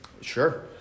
Sure